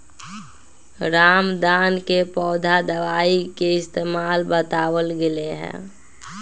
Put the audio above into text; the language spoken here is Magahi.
रामदाना के पौधा दवाई के इस्तेमाल बतावल गैले है